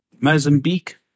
Mozambique